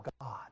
God